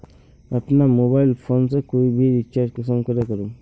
अपना mobile phone से कोई भी रिचार्ज कुंसम करे करूम?